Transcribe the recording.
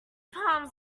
palms